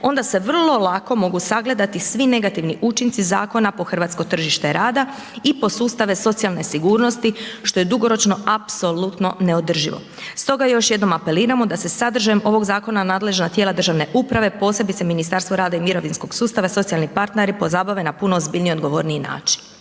onda se vrlo lako mogu sagledati svi negativni učinci zakona po hrvatsko tržište rada i po sustave socijalne sigurnosti što je dugoročno apsolutno neodrživo. Stoga još jednom apeliramo da se sadržajem ovog zakona nadležna tijela državne uprave, posebice Ministarstvo rada i mirovinskog sustava i socijalni partneri pozabave na puno ozbiljniji i odgovorniji način.